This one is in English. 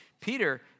Peter